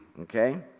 okay